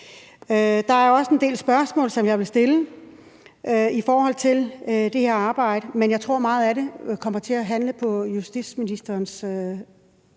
Der er også en del spørgsmål, som jeg vil stille i forhold til det her arbejde, men jeg tror, at meget af det vil komme til at handle om justitsministerens